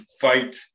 fight